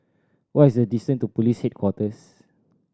what is the distance to Police Headquarters